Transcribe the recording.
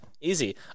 Easy